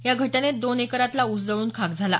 या घटनेत दोन एकरातला ऊस जळून खाक झाला